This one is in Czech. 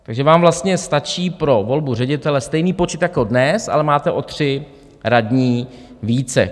Takže vám vlastně stačí pro volbu ředitele stejný počet jako dnes, ale máte o 3 radní více.